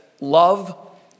love